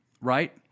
right